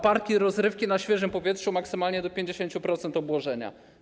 Parki rozrywki na świeżym powietrzu maksymalnie do 50% obłożenia.